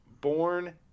Born